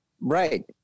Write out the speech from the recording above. Right